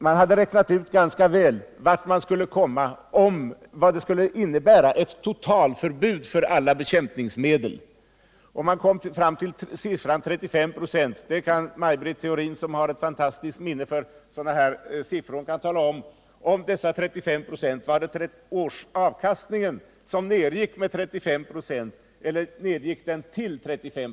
Man hade ganska bra räknat ut vad ett totalförbud mot alla bekämpningsmedel skulle innebära. Man kom fram till siffran 35 ?6. Maj Britt Theorin som har ett fantastiskt minne för siffror kan tala om huruvida årsavkastningen nedgick med 35 ?o eller till 35 6.